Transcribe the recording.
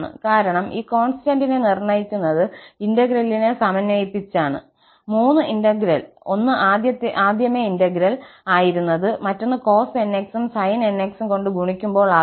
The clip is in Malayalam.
കാരണം ഈ കോൺസ്റ്റാന്റിനെ നിർണയിക്കുന്നത് ഇന്റെഗ്രേലിനെ സമന്വയിപ്പിച്ചാണ് മൂന്ന് ഇന്റഗ്രൽ ഒന്ന് ആദ്യമേ ഇന്റഗ്രൽ ആയിരുന്നത് മറ്റൊന്ന് cos nx ഉം sin nx ഉം കൊണ്ട് ഗുണിക്കുമ്പോൾ ആകുന്നത്